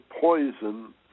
poison